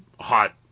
hot